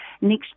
next